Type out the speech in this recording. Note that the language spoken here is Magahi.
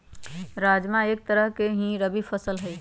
राजमा एक तरह के ही रबी फसल हई